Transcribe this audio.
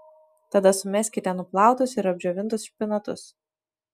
tada sumeskite nuplautus ir apdžiovintus špinatus